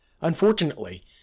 Unfortunately